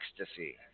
Ecstasy